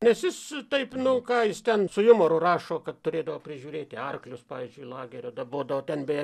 nes jis taip nu ką jis ten su jumoru rašo kad turėdavo prižiūrėti arklius pavyzdžiui lagerio dabodavo ten beje